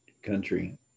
country